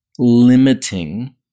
limiting